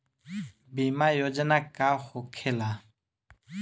बीमा योजना का होखे ला?